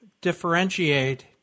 differentiate